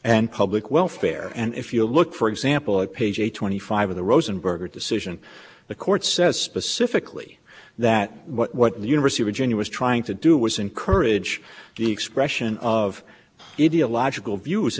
and public welfare and if you look for example at page eight twenty five of the rosenberg decision the court says specifically that what the university of virginia was trying to do was encourage the expression of india logical